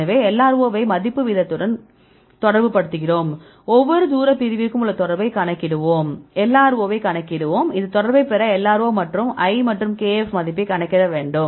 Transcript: எனவே LRO வை மடிப்பு வீதத்துடன் தொடர்புபடுத்துகிறோம் ஒவ்வொரு தூரப் பிரிவிற்கும் உள்ள தொடர்பைக் கணக்கிடுவோம் LRO வைக் கணக்கிடுவோம் இந்த தொடர்பை பெற LRO மற்றும் l மற்றும் kf மதிப்பை கணக்கிட வேண்டும்